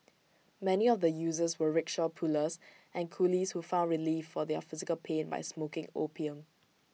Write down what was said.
many of the users were rickshaw pullers and coolies who found relief for their physical pain by smoking opium